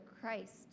christ